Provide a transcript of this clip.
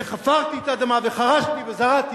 וחפרתי את האדמה וחרשתי וזרעתי,